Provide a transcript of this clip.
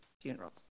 funerals